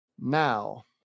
now